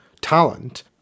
talent